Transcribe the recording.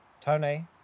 Tony